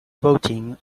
voting